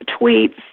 tweets